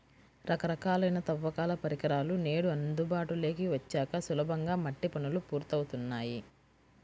రకరకాలైన తవ్వకాల పరికరాలు నేడు అందుబాటులోకి వచ్చాక సులభంగా మట్టి పనులు పూర్తవుతున్నాయి